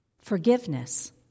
forgiveness